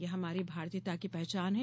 यह हमारी भारतीयता की पहचान है